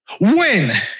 Win